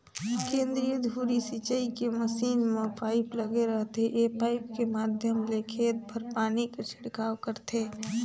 केंद्रीय धुरी सिंचई के मसीन म पाइप लगे रहिथे ए पाइप के माध्यम ले खेत भर पानी कर छिड़काव करथे